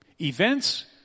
Events